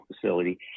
facility